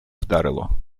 вдарило